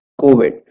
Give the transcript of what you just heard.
covid